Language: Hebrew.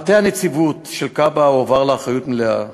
מטה הנציבות של כב"ה הועבר לאחריות מלאה.